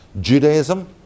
judaism